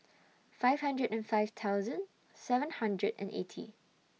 five hundred and five thousand seven hundred and eighty